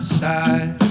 side